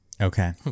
Okay